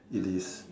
it is